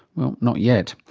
well, not yet.